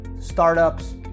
startups